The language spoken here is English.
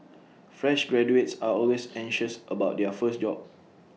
fresh graduates are always anxious about their first job